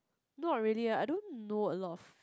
not really eh I don't know a lot of